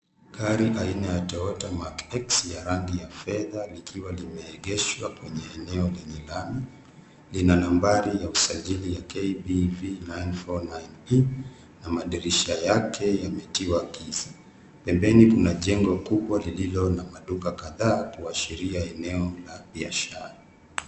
Gari aina ya Toyota Mark X ya rangi ya fedha likiwa limeegeshwa kwenye eneo lenye lami. Lina nambari ya usajili ya KBV 949E na madirisha yake yametiwa giza. Pembeni kuna jengo kubwa lililo na madua kadhaa kuashiria eneo la biashara.